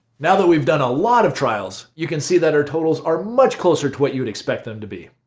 now that we've done a lot of trials you can see that our totals are much closer to what you would expect them to be.